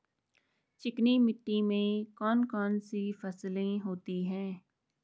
चिकनी मिट्टी में कौन कौन सी फसलें होती हैं?